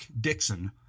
Dixon